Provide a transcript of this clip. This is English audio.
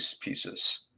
pieces